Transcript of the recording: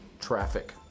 traffic